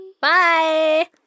Bye